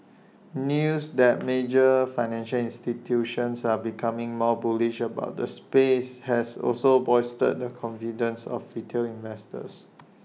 news that major financial institutions are becoming more bullish about the space has also bolstered the confidence of retail investors